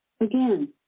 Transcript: Again